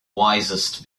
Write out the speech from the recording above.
wisest